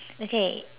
okay